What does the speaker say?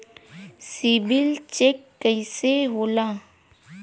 CIBIL check कइसे होला?